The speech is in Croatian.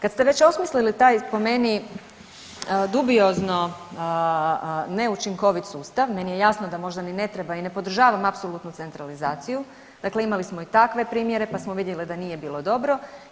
Kad ste već osmisli taj po meni dubiozno neučinkovit sustav, meni je jasno da možda ni ne treba i ne podržavam apsolutnu centralizaciju, dakle imali smo i takve primjere pa smo vidjeli da nije bilo dobro.